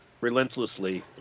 relentlessly